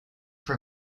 for